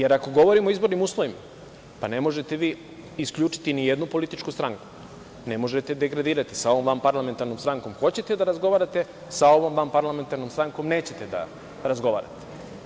Ako govorimo o izbornim uslovima, ne možete vi isključiti ni jednu političku stranku, ne možete je degradirati - sa ovom parlamentarnom strankom hoćete da razgovarate, a sa ovom vanparlamentarnom strankom nećete da razgovarate.